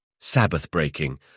Sabbath-breaking